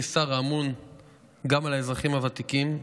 כשר האמון גם על האזרחים הוותיקים,